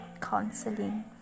counseling